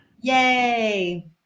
Yay